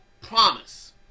promise